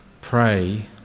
pray